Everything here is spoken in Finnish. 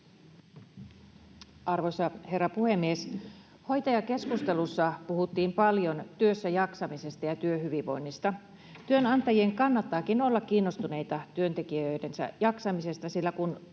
Arvoisa herra puhemies! Hoitajakeskustelussa puhuttiin paljon työssäjaksamisesta ja työhyvinvoinnista. Työnantajien kannattaakin olla kiinnostuneita työntekijöidensä jaksamisesta, sillä kun